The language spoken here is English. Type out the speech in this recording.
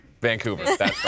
Vancouver